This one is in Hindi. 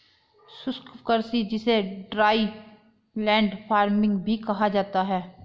शुष्क कृषि जिसे ड्राईलैंड फार्मिंग भी कहा जाता है